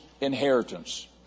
inheritance